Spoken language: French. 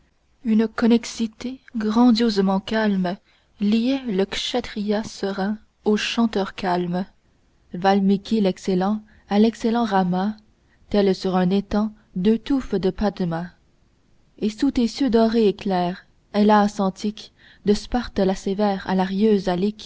une connexité grandiosement calme liait le kchatrya serein au chanteur calme valmiki l'excellent à l'excellent rama telles sur un étang deux touffes de padma et sous tes cieux dorés et clairs hellas antique de sparte la sévère